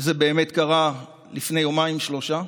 זה באמת קרה לפני יומיים-שלושה,